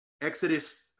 Exodus